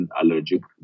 allergic